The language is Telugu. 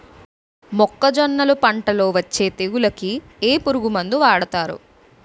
మొక్కజొన్నలు పంట లొ వచ్చే తెగులకి ఏ పురుగు మందు వాడతారు?